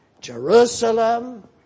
Jerusalem